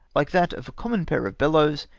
like that of a common pair of bellows,